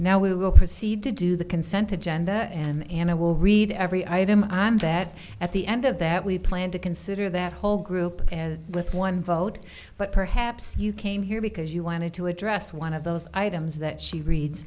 now we will proceed to do the consented genda and i will read every item i'm bad at the end of that we plan to consider that whole group with one vote but perhaps you came here because you wanted to address one of those items that she reads